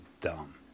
dumb